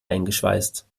eingeschweißt